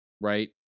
right